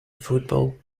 football